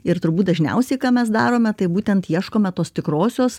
ir turbūt dažniausiai ką mes darome tai būtent ieškome tos tikrosios